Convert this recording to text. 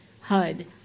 HUD